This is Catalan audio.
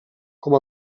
com